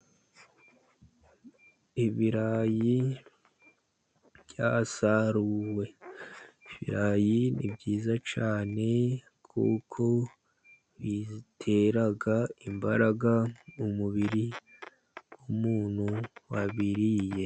Ibirayi byasaruwe. Ibirayi ni byiza cyane, kuko bitera imbaraga mu mubiri w'umuntu wabiriye.